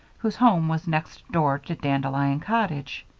whose home was next door to dandelion cottage.